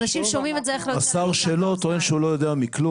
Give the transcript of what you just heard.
אנשים שומעים את זה --- השר שלו טוען שהוא לא יודע מכלום.